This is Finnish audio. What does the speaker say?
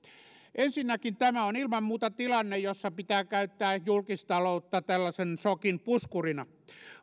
ensinnäkin tämä on ilman muuta tilanne jossa pitää käyttää julkistaloutta tällaisen sokin puskurina